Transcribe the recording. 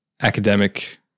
academic